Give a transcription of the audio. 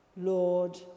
Lord